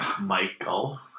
Michael